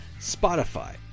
Spotify